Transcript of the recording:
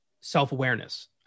self-awareness